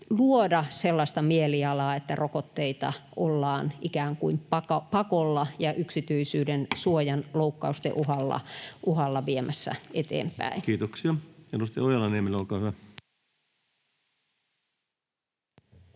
luoda sellaista mielialaa, että rokotteita ollaan ikään kuin pakolla ja yksityisyydensuojan loukkausten uhalla viemässä eteenpäin. Kiitoksia. — Edustaja Ojala-Niemelä, olkaa hyvä.